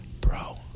Bro